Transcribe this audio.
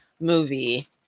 movie